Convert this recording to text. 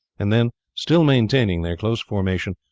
and then, still maintaining their close formation,